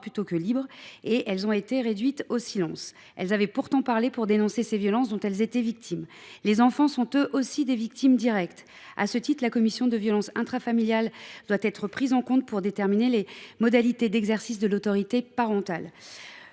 plutôt que libres. Réduites au silence, elles avaient pourtant parlé pour dénoncer les violences dont elles étaient les victimes. Les enfants, eux aussi, sont des victimes directes. À ce titre, la commission de violences intrafamiliales doit être prise en compte pour déterminer les modalités d’exercice de l’autorité parentale.